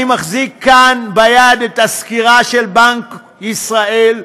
אני מחזיק כאן ביד את הסקירה של בנק ישראל,